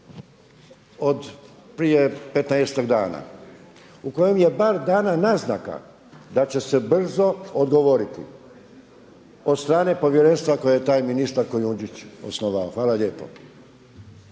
od prije 15-ak dana u kojem je bar dana naznaka da će se brzo odgovoriti od strane povjerenstva koje je taj ministar Kujundžić osnovao. Hvala lijepo.